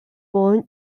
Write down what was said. born